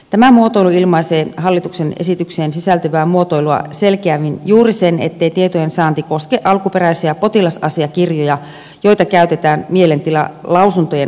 tämä muotoilu ilmaisee hallituksen esitykseen sisältyvää muotoilua selkeämmin juuri sen ettei tietojensaanti koske alkuperäisiä potilasasiakirjoja joita käytetään mielentilalausuntojen laatimiseen